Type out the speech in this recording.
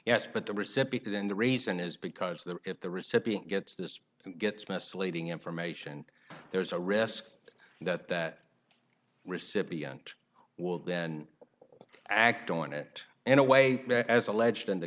yes but the recipient and the reason is because that if the recipient gets this gets misleading information there's a risk that that recipient will then act on it and away as alleged in